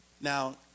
Now